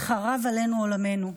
חרב עלינו עולמנו.